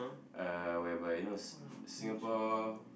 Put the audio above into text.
uh whereby you know Si~ Singapore